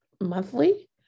monthly